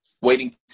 Waiting